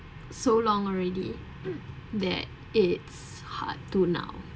so long already that it's hard to now